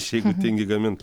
šiaip ir tingi gamint